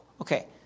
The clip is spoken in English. Okay